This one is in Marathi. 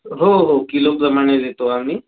हो हो किलोप्रमाणे देतो आम्ही